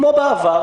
כמו בעבר,